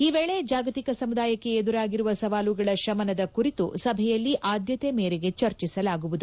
ಈ ವೇಳೆ ಜಾಗತಿಕ ಸಮುದಾಯಕ್ಕೆ ಎದುರಾಗಿರುವ ಸವಾಲುಗಳ ಶಮನದ ಕುರಿತು ಸಭೆಯಲ್ಲಿ ಆದ್ಯತೆ ಮೇರೆಗೆ ಚರ್ಚಿಸಲಾಗುವುದು